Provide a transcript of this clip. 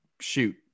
shoot